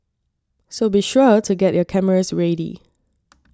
so be sure to get your cameras ready